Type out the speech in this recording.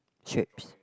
shapes